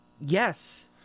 Yes